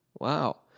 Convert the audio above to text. Wow